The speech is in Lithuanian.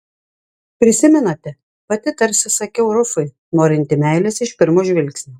prisimenate pati tarsi sakiau rufui norinti meilės iš pirmo žvilgsnio